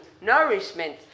nourishment